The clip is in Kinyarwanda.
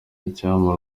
icyampa